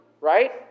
right